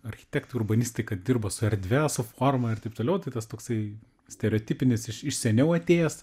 architektų urbanistika dirba su erdve su forma ir taip toliau tai tas toksai stereotipinis iš iš seniau atėjęs